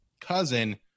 cousin